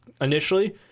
initially